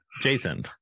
Jason